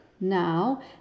now